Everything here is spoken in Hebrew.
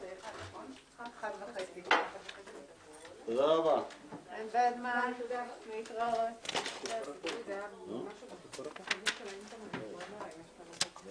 11:22.